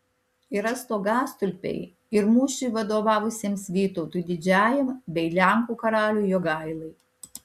yra stogastulpiai ir mūšiui vadovavusiems vytautui didžiajam bei lenkų karaliui jogailai